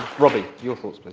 robby, your thoughts, but